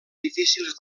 difícils